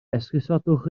esgusodwch